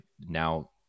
now